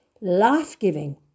life-giving